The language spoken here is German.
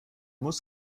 muss